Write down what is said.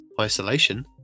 Isolation